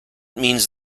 means